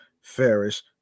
Ferris